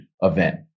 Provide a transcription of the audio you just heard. event